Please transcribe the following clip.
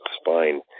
spine